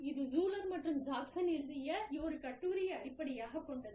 இது ஷூலர் மற்றும் ஜாக்சன் எழுதிய ஒரு கட்டுரையை அடிப்படையாகக் கொண்டது